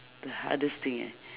the hardest thing